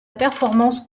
performance